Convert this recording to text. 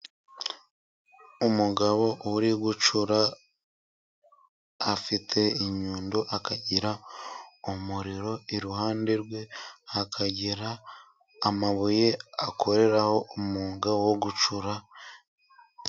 Umugabo uri gucura, afite inyundo, akagira umuriro, iruhande rwe hakagira amabuye akoreraho umwuga wo gucura.